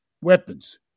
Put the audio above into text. weapons